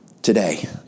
Today